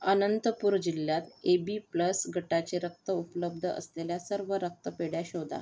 अनंतपूर जिल्ह्यात A B plus गटाचे रक्त उपलब्ध असलेल्या सर्व रक्तपेढ्या शोधा